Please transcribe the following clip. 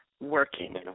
working